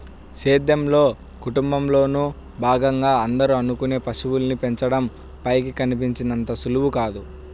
సేద్యంలో, కుటుంబంలోను భాగంగా అందరూ అనుకునే పశువుల్ని పెంచడం పైకి కనిపించినంత సులువు కాదు